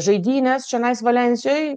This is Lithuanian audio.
žaidynės čionais valensijoj